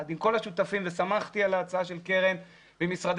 עם כל השותפים ושמחתי על ההצעה של קרן במשרדי